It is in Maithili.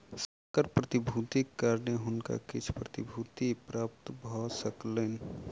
संकर प्रतिभूतिक कारणेँ हुनका किछ प्रतिभूति प्राप्त भ सकलैन